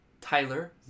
Tyler